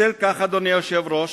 בשל כך, אדוני היושב-ראש,